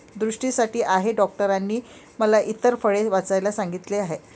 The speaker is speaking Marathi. दृष्टीसाठी आहे डॉक्टरांनी मला इतर फळे वाचवायला सांगितले आहे